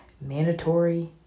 mandatory